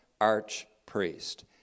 archpriest